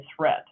threat